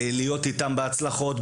להיות איתם בהצלחות,